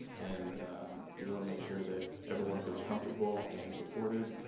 and we wanna make sure that everyone feels comfortable, and supported,